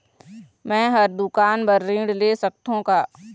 मैं हर दुकान बर ऋण ले सकथों का?